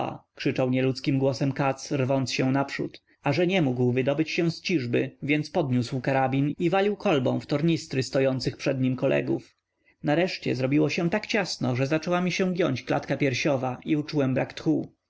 krzyczał nieludzkim głosem katz rwąc się naprzód a że nie mógł wydobyć się z ciżby więc podniósł karabin i walił kolbą w tornistry stojących przed nami kolegów nareszcie zrobiło się tak ciasno że zaczęła mi się giąć klatka piersiowa i uczułem brak